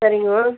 சரிங்க மேம்